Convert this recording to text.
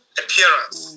appearance